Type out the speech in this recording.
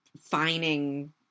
finding